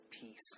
Peace